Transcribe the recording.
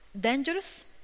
dangerous